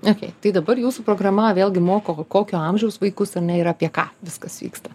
okei tai dabar jūsų programa vėlgi moko kokio amžiaus vaikus ar ne ir apie ką viskas vyksta